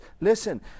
Listen